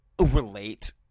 relate